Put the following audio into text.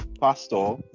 Pastor